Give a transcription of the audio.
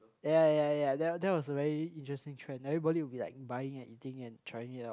ya ya ya that that was a very interesting trend everybody would be like buying and eating and trying it out